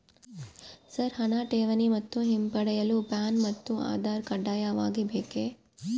Sir ಹಣ ಠೇವಣಿ ಮತ್ತು ಹಿಂಪಡೆಯಲು ಪ್ಯಾನ್ ಮತ್ತು ಆಧಾರ್ ಕಡ್ಡಾಯವಾಗಿ ಬೇಕೆ?